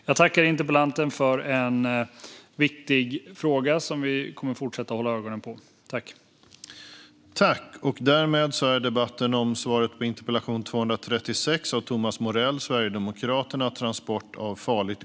Jag tackar interpellanten för en viktig interpellation. Vi kommer att fortsätta hålla ögonen på denna fråga.